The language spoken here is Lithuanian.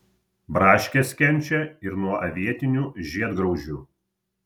braškės kenčia ir nuo avietinių žiedgraužių